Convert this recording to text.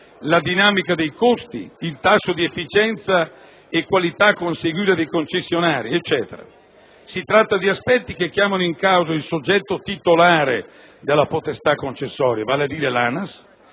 dinamica dei costi, tasso di efficienza e qualità conseguibile dai concessionari e altro ancora. Si tratta di aspetti che chiamano in causa il soggetto titolare della potestà concessoria, vale a dire l'ANAS,